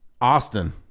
austin